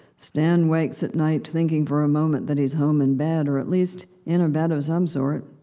stan wakes at night thinking for a moment that he's home in bed, or at least in a bed of some sort.